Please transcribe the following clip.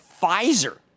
Pfizer